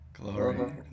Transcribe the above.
glory